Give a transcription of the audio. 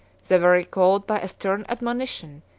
they were recalled by a stern admonition,